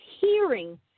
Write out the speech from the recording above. hearing